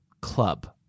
Club